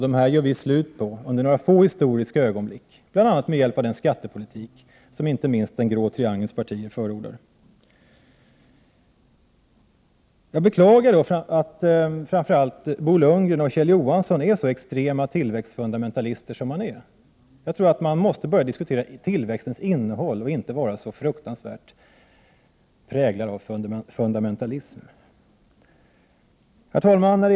De här gör vi slut på under några få historiska ögonblick, bl.a. med hjälp av den skattepolitik som inte minst den grå triangelns partier förordar. Jag beklagar att framför allt Bo Lundgren och Kjell Johansson är så extrema tillväxtfundamentalister som de är. Jag tror att man måste börja diskutera tillväxtens innehåll och inte vara så fruktansvärt präglad av fundamentalism. Herr talman!